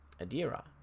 Adira